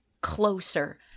closer